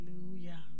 Hallelujah